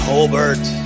Holbert